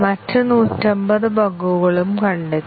മറ്റ് 150 ബഗുകളും കണ്ടെത്തി